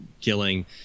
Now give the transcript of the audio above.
killing